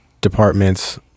departments